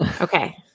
Okay